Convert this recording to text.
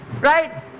right